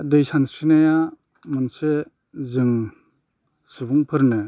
दै सानस्रिनाया मोनसे जों सुबुंफोरनो